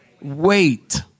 Wait